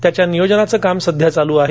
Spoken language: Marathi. त्याच्या नियोजनाचे काम सध्या चालू आहे